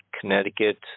Connecticut